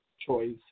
choice